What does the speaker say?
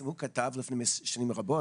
הוא כתב אותו לפני שנים רבות.